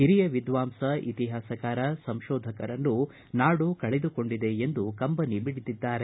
ಹಿರಿಯ ವಿದ್ವಾಂಸ ಇತಿಹಾಸಕಾರ ಸಂಶೋಧಕರನ್ನು ನಾಡು ಕಳೆದುಕೊಂಡಿದೆ ಎಂದು ಕಂಬಿನಿ ಮಿಡಿದಿದ್ದಾರೆ